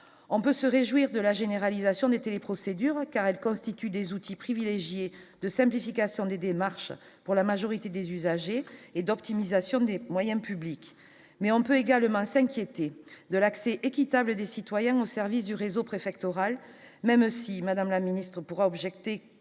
on peut se réjouir de la généralisation des télé-procédure car elles constituent des outils privilégiés de simplification des démarches pour la majorité des usagers et d'optimisation des moyens publics mais on peut également s'inquiéter de l'accès équitable des citoyens au service du réseau préfectoral, même si Madame la ministre pourra objecter